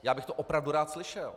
Já bych to opravdu rád slyšel.